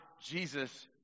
Jesus